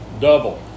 double